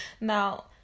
Now